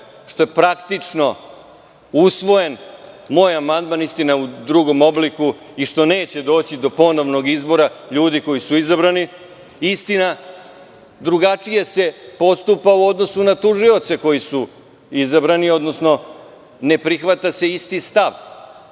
što je praktično usvojen moj amandman, istina u drugom obliku i što neće doći do ponovnog izbora ljudi koji su izabrani, istina, drugačije se postupa u odnosu na tužioce koji su izabrani, odnosno ne prihvata se isti stav.